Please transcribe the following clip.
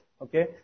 Okay